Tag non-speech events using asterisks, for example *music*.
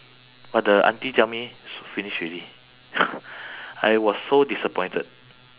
but the auntie tell me s~ finish already *noise* I was so disappointed